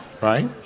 Right